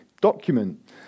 document